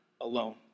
alone